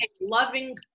loving